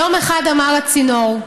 יום אחד אמר הצינור: